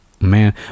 man